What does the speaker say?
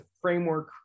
framework